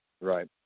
Right